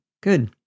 Good